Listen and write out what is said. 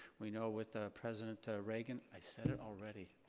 we know with ah president ah reagan, i said it already!